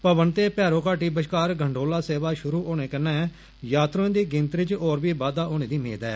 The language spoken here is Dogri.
भवन ते भैरो घाटी बश्कार गंडोला सेवा शुरु होने कन्नै यात्रुएं दी गिनतरी च होर बी बाद्दा होने दी मेद ऐ